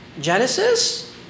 Genesis